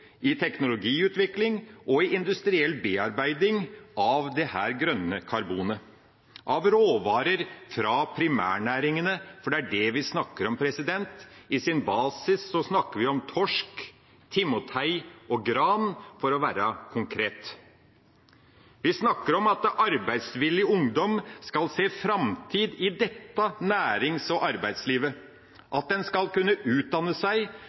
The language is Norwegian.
i teknologiutvikling og i industriell bearbeiding av dette grønne karbonet – av råvarer fra primærnæringene, for det er det vi snakker om. I sin basis snakker vi om torsk, timotei og gran, for å være konkret. Vi snakker om at arbeidsvillig ungdom skal se framtid i dette nærings- og arbeidslivet, at en skal kunne utdanne seg